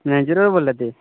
manager होर बोलै दे